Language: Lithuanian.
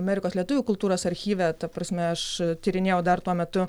amerikos lietuvių kultūros archyve ta prasme aš tyrinėjau dar tuo metu